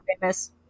famous